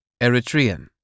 Eritrean